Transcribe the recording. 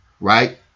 right